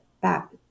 back